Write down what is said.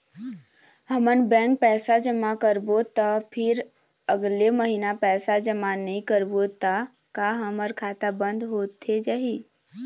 हमन बैंक पैसा जमा करबो ता फिर अगले महीना पैसा जमा नई करबो ता का हमर खाता बंद होथे जाही?